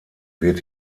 wird